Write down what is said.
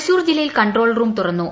തൃശൂർ ജില്ലയിൽ control room തുറന്നു